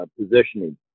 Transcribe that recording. positioning